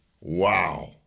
Wow